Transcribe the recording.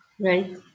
right